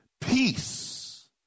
peace